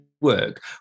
work